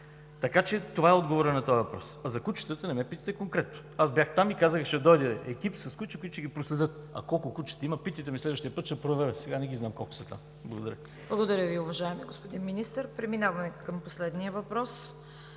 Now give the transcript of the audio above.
така че това е отговорът на този въпрос. А за кучетата не ме питайте конкретно. Аз бях там и казах: „Ще дойде екип с кучета, които ще ги проследят“. А колко кучета има? Питайте ме следващият път, ще проверя, сега не ги знам колко са. Благодаря. ПРЕДСЕДАТЕЛ ЦВЕТА КАРАЯНЧЕВА: Благодаря Ви, уважаеми господин Министър. Преминаваме към последния въпрос